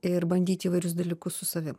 ir bandyti įvairius dalykus su savim